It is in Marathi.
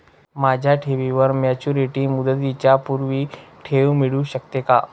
माझ्या ठेवीवर मॅच्युरिटी मुदतीच्या पूर्वी ठेव मिळू शकते का?